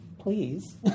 Please